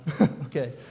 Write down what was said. Okay